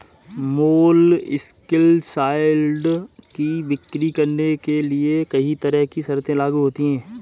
molluscicides की बिक्री करने के लिए कहीं तरह की शर्तें लागू होती है